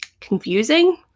confusing